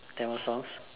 Tamil songs